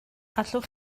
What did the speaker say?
allwch